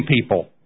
people